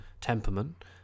temperament